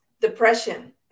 depression